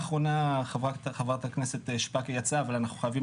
חברת הכנסת שפק יצאה אבל אנחנו חייבים